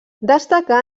destacà